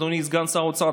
אדוני סגן שר האוצר,